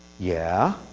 yeah?